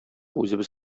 үзебез